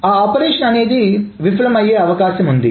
ఆ ఆపరేషన్ అనేది విఫలం అయ్యే అవకాశం ఉంది